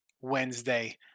Wednesday